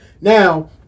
Now